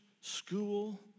school